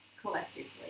collectively